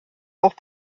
auch